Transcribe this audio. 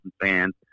fans